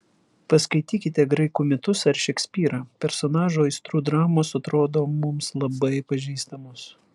paskaitykite graikų mitus ar šekspyrą personažų aistrų dramos atrodo mums labai pažįstamos